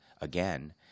again